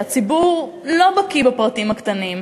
שהציבור לא בקי בפרטים הקטנים,